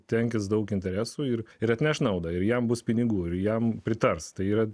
tenkins daug interesų ir ir atneš naudą ir jam bus pinigų ir jam pritars tai yra